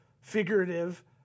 figurative